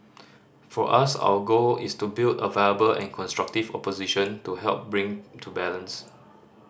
for us our goal is to build a viable and constructive opposition to help bring balance